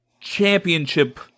championship